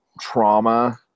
trauma